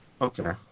Okay